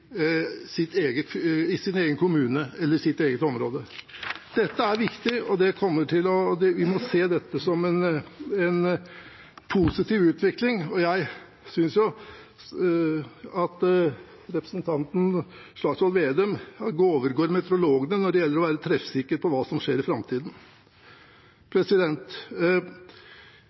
sitt eget område. Dette er viktig, og vi må se det som en positiv utvikling. Jeg synes representanten Slagsvold Vedum overgår meteorologene når det gjelder å være treffsikker om hva som skjer i framtiden.